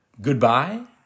Goodbye